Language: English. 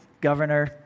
Governor